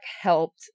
helped